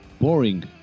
boring